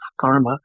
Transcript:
karma